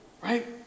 right